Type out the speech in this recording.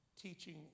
teaching